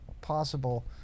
possible